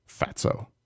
Fatso